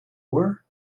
were